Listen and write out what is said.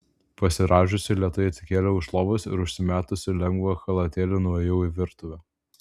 pasirąžiusi lėtai atsikėliau iš lovos ir užsimetusi lengvą chalatėlį nuėjau į virtuvę